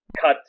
cut